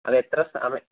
അതെത്ര സമയം